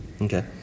Okay